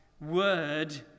word